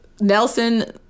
Nelson